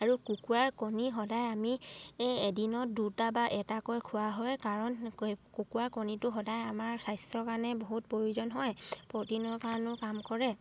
আৰু কুকুৰাৰ কণী সদায় আমি এদিনত দুটা বা এটাকৈ খোৱা হয় কাৰণ কুকুৰাৰ কণীটো সদায় আমাৰ স্বাস্থ্যৰ কাৰণে বহুত প্ৰয়োজন হয় প্ৰটিনৰ কাৰণেও কাম কৰে